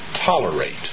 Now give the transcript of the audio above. tolerate